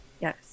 Yes